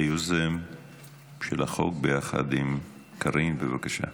היוזם של החוק יחד עם קארין, בבקשה.